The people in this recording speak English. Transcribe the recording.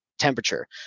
Temperature